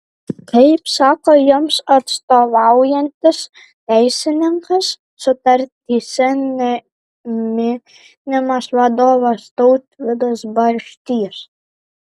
kaip sako jiems atstovaujantis teisininkas sutartyse neminimas vadovas tautvydas barštys